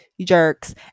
jerks